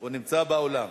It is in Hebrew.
הוא נמצא באולם.